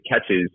catches